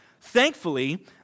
Thankfully